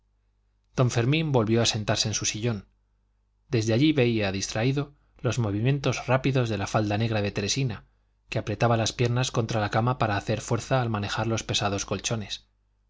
don fermín volvió a sentarse en su sillón desde allí veía distraído los movimientos rápidos de la falda negra de teresina que apretaba las piernas contra la cama para hacer fuerza al manejar los pesados colchones